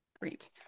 Great